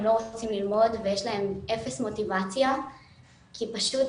הם לא רוצים ללמוד ויש להם אפס מוטיבציה כי פשוט